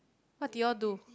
what did you all do